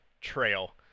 Trail